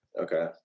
okay